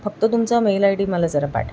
फक्त तुमचा mail I D मला जरा पाठवा